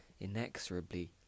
inexorably